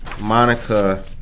Monica